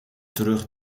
terug